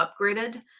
upgraded